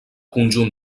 conjunt